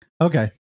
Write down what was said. Okay